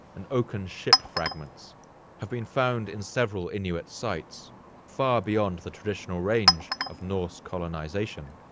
and oaken ship fragments have been found in several inuit sites far beyond the traditional range of norse colonization.